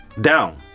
down